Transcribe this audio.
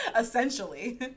essentially